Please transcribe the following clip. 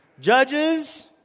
Judges